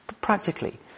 practically